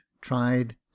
tried